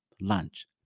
lunch